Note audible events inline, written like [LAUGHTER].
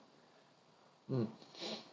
mm [BREATH]